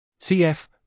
CF